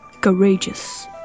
Courageous